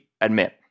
admit